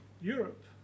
Europe